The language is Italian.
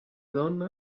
donna